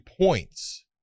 points